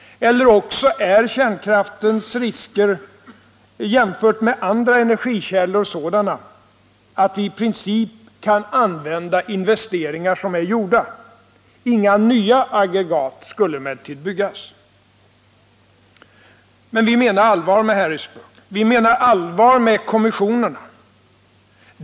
Eller också är kärnkraftens risker i jämförelse med andra energikällor sådana att vi i princip kan använda de investeringar som är gjorda. Inga nya Men vi menar allvar med Harrisburg. Vi menar allvar med kommissionerna.